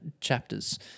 chapters